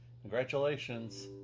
Congratulations